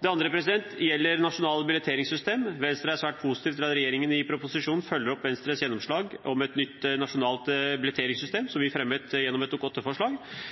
Det andre gjelder nasjonalt billetteringssystem. Venstre er svært positivt til at regjeringen i proposisjonen følger opp Venstres gjennomslag for et nytt nasjonalt billetteringssystem, som vi fremmet gjennom et